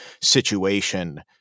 situation